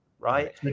right